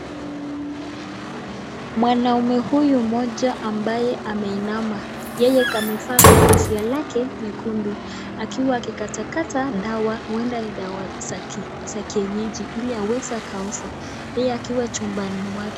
Mwanaumme huyu mmoja ambaye ameinama ,yeye kamevaa kofia lake nyekundu, akiwa akikatakata dawa ,huenda ni dawa za kienyeji. Ili aweze akauza yeye akiwa chumbani mwake.